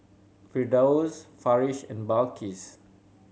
Firdaus Farish and Balqis